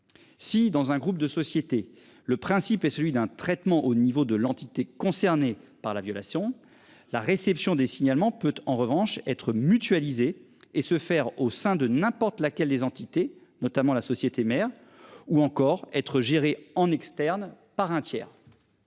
Si dans un groupe de sociétés. Le principe est celui d'un traitement au niveau de l'entité concernée par la violation. La réception des signalements peut en revanche être mutualisés et se faire au sein de n'importe laquelle des entités notamment la société mère ou encore être géré en externe par un tiers.